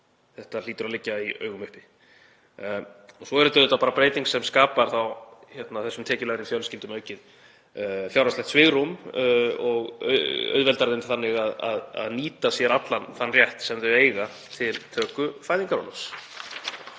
Það hlýtur að liggja í augum uppi. Svo er þetta auðvitað bara breyting sem skapar tekjulægri fjölskyldum aukið fjárhagslegt svigrúm og auðveldar þeim þannig að nýta sér allan þann rétt sem þær eiga til töku fæðingarorlofs.